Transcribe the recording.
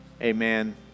Amen